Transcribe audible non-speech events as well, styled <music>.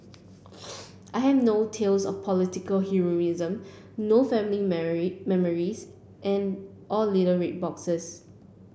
<noise> I have no tales of political heroism no family <unintelligible> memories and or little red boxes